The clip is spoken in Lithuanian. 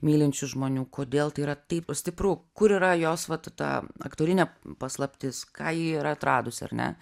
mylinčių žmonių kodėl tai yra taip stipru kur yra jos vat ta aktorinė paslaptis ką ji yra atradusi ar ne